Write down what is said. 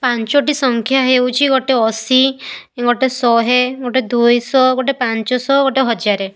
ପାଞ୍ଚଟି ସଂଖ୍ୟା ହେଉଛି ଗୋଟେ ଅଶୀ ଗୋଟେ ଶହେ ଗୋଟେ ଦୁଇ ଶହ ଗୋଟେ ପାଞ୍ଚ ଶହ ଗୋଟେ ହଜାରେ